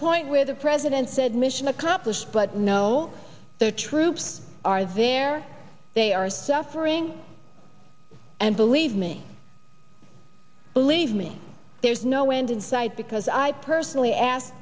point where the president said mission accomplished but no the troops are there they are suffering and believe me believe me there's no end in sight because i personally asked